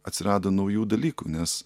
atsirado naujų dalykų nes